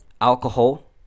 alcohol